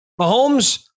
Mahomes